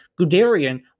Guderian